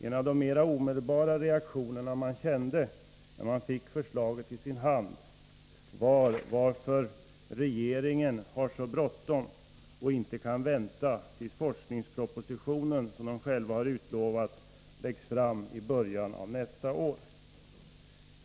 En av de mera omedelbara reaktionerna när man fick förslaget i sin hand var: Varför har regeringen så bråttom och inte kan vänta tills forskningspropositionen, som man själv utlovat, läggs fram i början av nästa år?